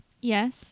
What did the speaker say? Yes